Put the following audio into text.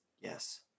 Yes